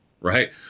right